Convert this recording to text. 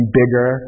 bigger